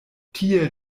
tie